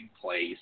place